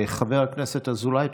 חבר הכנסת אזולאי.